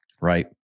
Right